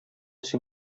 син